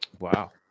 Wow